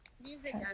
music